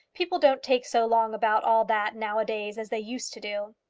people don't take so long about all that now-a-days as they used to do.